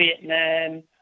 Vietnam